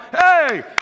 hey